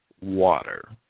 water